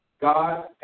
God